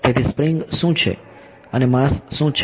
તેથી સ્પ્રિંગ શું છે અને માસ શું છે